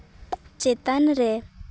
ᱪᱮᱛᱟᱱ ᱨᱮ